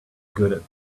good